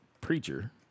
preacher